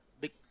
big